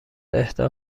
اهدا